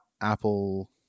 Apple